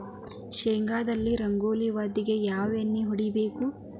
ಶೇಂಗಾದಲ್ಲಿ ರಂಗೋಲಿ ವ್ಯಾಧಿಗೆ ಯಾವ ಎಣ್ಣಿ ಹೊಡಿಬೇಕು?